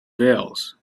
veils